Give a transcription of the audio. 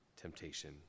temptation